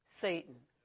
Satan